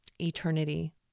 eternity